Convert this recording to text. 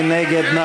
מי נגד?